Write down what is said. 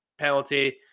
penalty